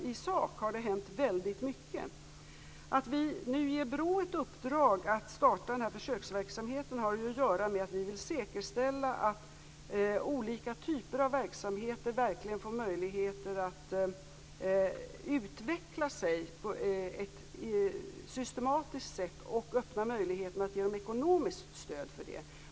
I sak har det hänt väldigt mycket. Att vi nu ger BRÅ i uppdrag att starta en försöksverksamhet har att göra med att vi vill säkerställa att olika typer av verksamheter verkligen får möjlighet att utvecklas på ett systematiskt sätt. Vi vill också öppna möjligheterna för att ge ekonomiskt stöd till det.